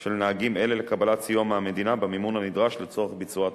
של נהגים אלה לקבלת סיוע מהמדינה במימון הנדרש לצורך ביצוע התוכנית.